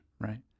Right